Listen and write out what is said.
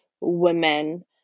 women